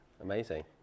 Amazing